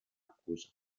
accusa